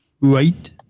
right